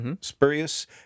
spurious